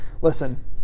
listen